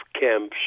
camps